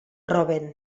roben